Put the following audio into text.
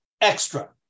extra